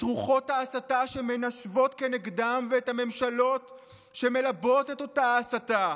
את רוחות ההסתה שמנשבות כנגדם ואת הממשלות שמלבות את אותה ההסתה,